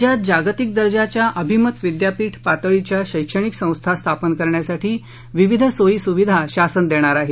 राज्यात जागतिक दर्जाच्या अभिमत विद्यापीठ पातळीच्या शैक्षणिक संस्था स्थापन करण्यासाठी विविध सोयी सुविधा शासन देणार आहे